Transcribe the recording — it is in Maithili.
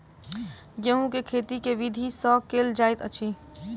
गेंहूँ केँ खेती केँ विधि सँ केल जाइत अछि?